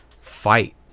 fight